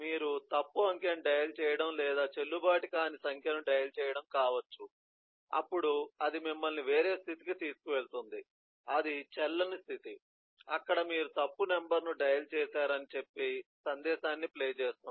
మీరు తప్పు అంకెను డయల్ చేయడం లేదా చెల్లుబాటు కాని సంఖ్యను డయల్ చేయడం కావచ్చు అప్పుడు అది మిమ్మల్ని వేరే స్థితికి తీసుకెళుతుంది అది చెల్లని స్థితి అక్కడ మీరు తప్పు నంబర్ను డయల్ చేశారని చెప్పి సందేశాన్ని ప్లే చేస్తుంది